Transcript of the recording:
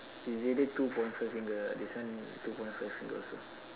it is already two point five finger this one two point five finger also